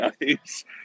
nice